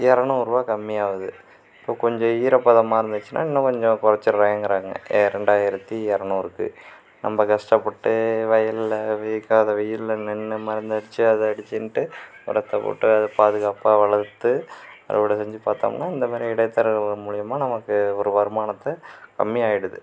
இரநூறுவா கம்மியாகுது இப்போ கொஞ்சம் ஈரப்பதமாக இருந்துச்சின்னால் இன்னும் கொஞ்சம் குறச்சிட்றேங்குறாங்க ரெண்டாயிரத்தி இரநூறுக்கு நம்ம கஷ்டப்பட்டு வயல்ல வேகாத வெயில்ல நின்று மருந்து அடித்து அதை அடிச்சிண்டு உரத்தை போட்டு அதை பாதுகாப்பாக வளர்த்து அறுவடை செஞ்சு பார்த்தோம்னா இந்த மாதிரி இடைத்தரகர்கள் மூலியமாக நமக்கு ஒரு வருமானத்தை கம்மி ஆகிடுது